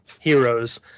heroes